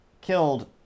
killed